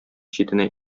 читенә